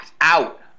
out